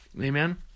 Amen